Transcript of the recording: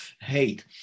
hate